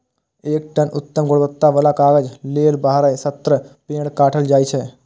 एक टन उत्तम गुणवत्ता बला कागज लेल बारह सं सत्रह पेड़ काटल जाइ छै